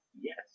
yes